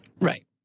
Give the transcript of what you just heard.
Right